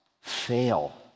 fail